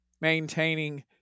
maintaining